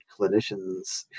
clinicians